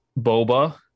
Boba